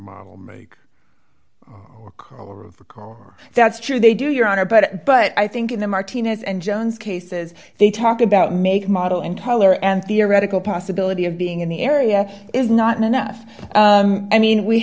car that's true they do your honor but but i think in the martinez and jones cases they talk about make model and holler and theoretical possibility of being in the area is not enough i mean we